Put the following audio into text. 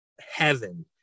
heaven